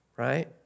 right